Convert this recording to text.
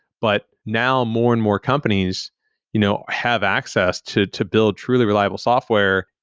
but now more and more companies you know have access to to build truly reliable software,